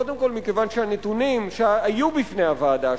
קודם כול מכיוון שהנתונים שהיו בפני הוועדה,